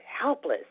helpless